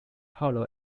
hollow